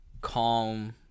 calm